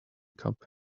cup